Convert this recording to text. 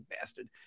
bastard